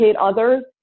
others